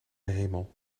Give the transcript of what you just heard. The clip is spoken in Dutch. hemel